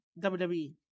wwe